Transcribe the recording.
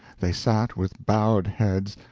they sat with bowed heads,